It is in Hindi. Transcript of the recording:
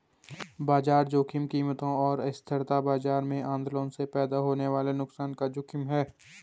बाजार जोखिम कीमतों और अस्थिरता बाजार में आंदोलनों से पैदा होने वाले नुकसान का जोखिम है